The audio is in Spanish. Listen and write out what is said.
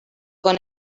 con